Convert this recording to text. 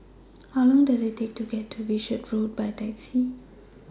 How Long Does IT Take to get to Wishart Road By Taxi